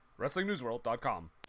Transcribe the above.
WrestlingNewsWorld.com